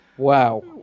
Wow